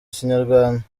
kinyarwanda